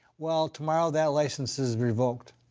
well, tomorrow, that license is revoked.